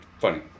funny